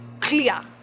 clear